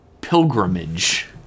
Pilgrimage